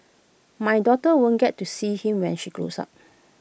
my daughter won't get to see him when she grows up